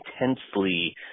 intensely